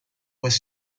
was